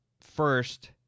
first